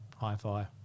Hi-Fi